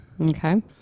Okay